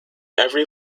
every